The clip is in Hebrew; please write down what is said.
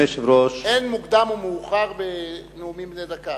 אין מוקדם או מאוחר בנאומים בני דקה.